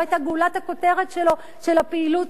תלוי ועומד בבית-המשפט העליון בארצות-הברית.